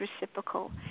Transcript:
reciprocal